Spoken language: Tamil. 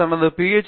அவர் தனது பி